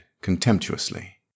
contemptuously